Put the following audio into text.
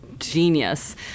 genius